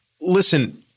Listen